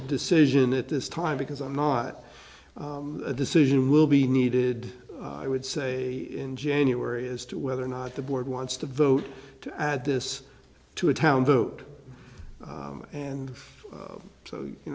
decision at this time because i'm not a decision will be needed i would say in january as to whether or not the board wants to vote to add this to a town vote and so you